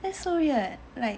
that's so weird like